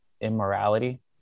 immorality